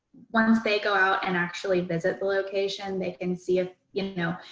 once they go out and actually visit the location, they can see, ah you know,